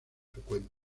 frecuentes